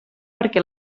perquè